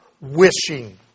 Wishing